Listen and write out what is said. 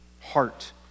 heart